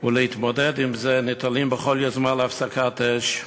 ולהתמודד עם זה נתלים בכל יוזמה להפסקת אש,